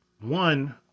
one